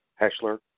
Heschler